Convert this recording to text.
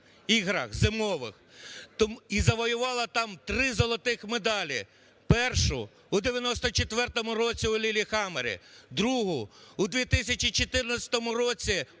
іграх зимових і завоювала там 3 золотих медалі: першу – у 1994 році у Ліллехаммері, другу – у 2014 році